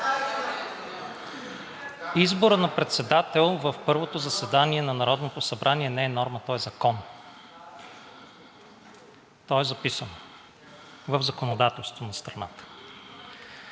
Изборът на председател в първото заседание на Народното събрание не е норма, то е закон – то е записано в законодателството на страната.